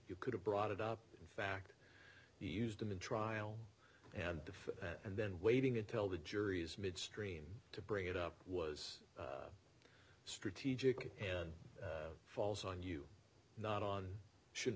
you could have brought it up in fact you used them in trial and if and then waiting until the jury's midstream to bring it up was strategic and falls on you not on should